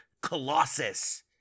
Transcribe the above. colossus